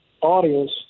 audience